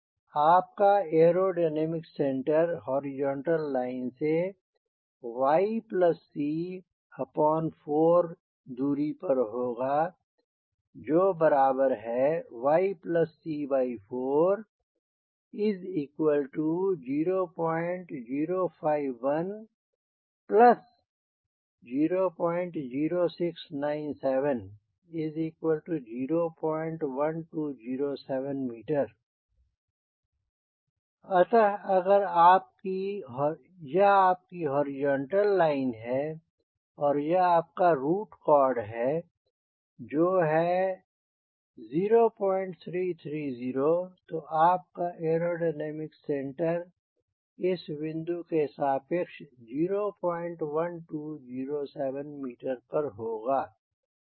आपका aerodynamic centre horizontal line से y c4 दूरी पर होगा जो बराबर है yc400510069701207 m अतः अगर यह आपकी हॉरिजॉन्टल लाइन है और यह आपका रुट कॉर्ड है जो है 0330 तो आपका एयरोडायनामिक सेंटर इस बिंदु के सापेक्ष 01207 मीटर पर होगा